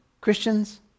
Christians